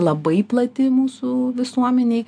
labai plati mūsų visuomenėj